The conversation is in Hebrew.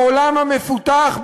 בעולם המפותח,